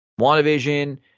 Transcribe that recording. WandaVision